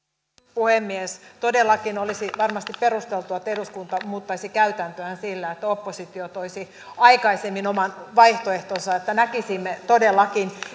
puhemies todellakin olisi varmasti perusteltua että eduskunta muuttaisi käytäntöään sillä että oppositio toisi aikaisemmin oman vaihtoehtonsa että näkisimme todellakin